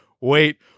wait